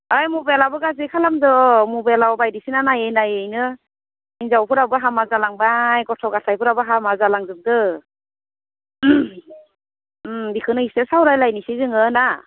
ओइ मबाइलआबो गाज्रि खालामदों अ मबाइलआव बायदिसिना नायै नायैनो हिनजावफोराबो हामा जालांबाय गथ' गाथायफोराबो हामा जालांजोबदों बेखौनो इसे सावरायलायनोसै जोङो ना